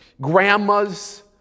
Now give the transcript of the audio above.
grandma's